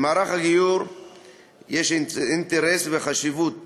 למערך הגיור יש אינטרס וחשיבות